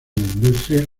industria